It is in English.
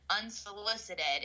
unsolicited